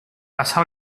passa